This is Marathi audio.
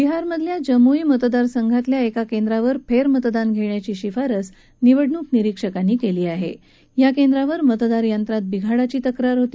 बिहारमधल्या जमुई मतदारसंघातल्या एका केंद्रावर फस्मितदान घघ्याची शिफारस निवडणूक निरीक्षकांनी कली आह आ केंद्रावर मतदान यंत्रात बिघाडाची तक्रार होती